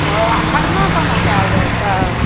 हँ आ खरना कोना कएल जाइ छै